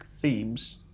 themes